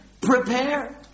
prepare